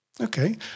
Okay